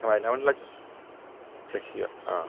വയലമണ്ണിലച്ഛൻ്റെ സഹ്യ ആ